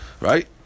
Right